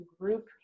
group